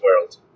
world